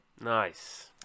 nice